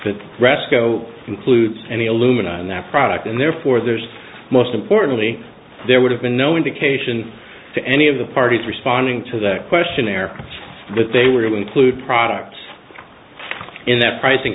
that resco includes any aluminum that product and therefore there's most importantly there would have been no indication to any of the parties responding to that questionnaire that they were to include products in that pric